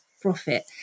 profit